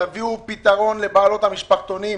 תביאו פתרון לבעלי המשפחתונים,